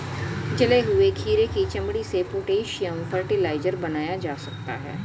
जले हुए खीरे की चमड़ी से पोटेशियम फ़र्टिलाइज़र बनाया जा सकता है